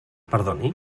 perdoni